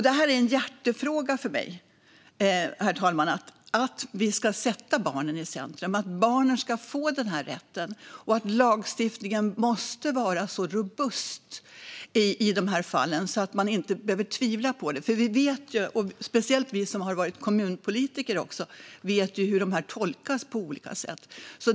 Detta är en hjärtefråga för mig. Vi ska sätta barnen i centrum. Barnen ska få denna rätt, och lagstiftningen måste vara så robust i dessa fall att man inte ska behöva tvivla på det. Speciellt vi som också har varit kommunpolitiker vet ju hur lagarna tolkas på olika sätt.